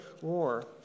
war